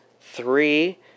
Three